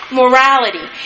morality